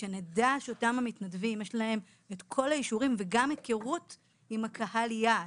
ושנדע שאותם המתנדבים יש להם את כל האישורים וגם היכרות עם קהל היעד.